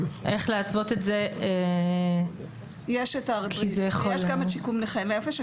יש גם את שיקום נכי נפש.